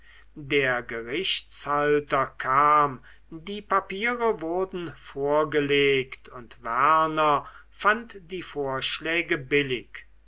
der gerichtshalter kam die papiere wurden vorgelegt und werner fand die vorschläge billig